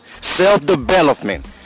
self-development